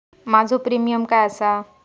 माझो प्रीमियम काय आसा?